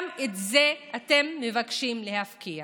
גם את זה אתם מבקשים להפקיע.